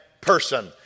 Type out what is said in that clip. person